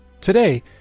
Today